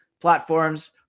platforms